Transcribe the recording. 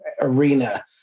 arena